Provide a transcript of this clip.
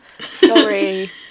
sorry